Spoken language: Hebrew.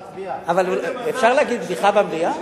אפשר להגיד בדיחה במליאה?